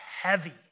heavy